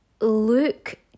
look